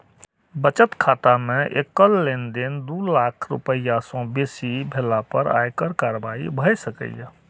बचत खाता मे एकल लेनदेन दू लाख रुपैया सं बेसी भेला पर आयकर कार्रवाई भए सकैए